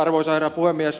arvoisa herra puhemies